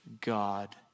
God